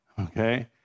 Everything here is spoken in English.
Okay